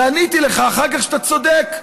ועניתי לך אחר כך שאתה צודק.